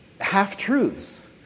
half-truths